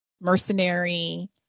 mercenary